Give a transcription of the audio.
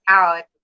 out